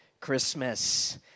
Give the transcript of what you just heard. Christmas